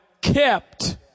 kept